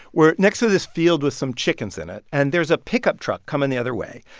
we're next to this field with some chickens in it, and there's a pickup truck coming the other way.